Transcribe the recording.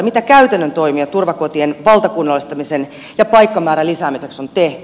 mitä käytännön toimia turvakotien valtakunnallistamisen ja paikkamäärän lisäämiseksi on tehty